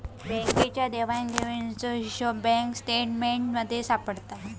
बँकेच्या देवघेवीचो हिशोब बँक स्टेटमेंटमध्ये सापडता